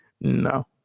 No